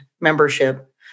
membership